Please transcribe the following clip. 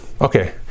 okay